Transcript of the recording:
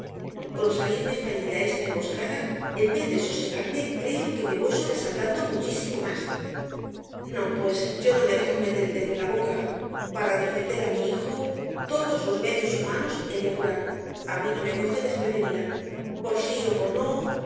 con salirme fallida esta emboscada en vez de sosegarme creo me voy sobresaltando muchísimo más no pues yo no me dejo meter el dedo en la boca para defender á mi hijo todos los medios humanos he de apurar á mí no me cogen desprevenida por si ó por no